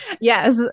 yes